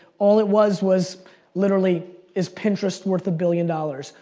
all it was was literally is pinterest worth a billion dollars?